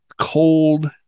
cold